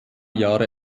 jahre